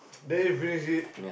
then if we see